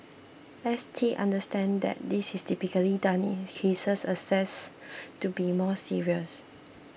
S T understands that this is typically done in cases assessed to be more serious